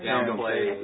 Downplay